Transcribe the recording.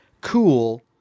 cool